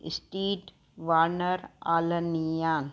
stead वानर आलनिया